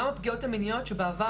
גם הפגיעות המיניות או השיימניג שבעבר